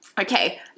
Okay